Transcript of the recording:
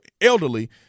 elderly